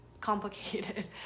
complicated